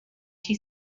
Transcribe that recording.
she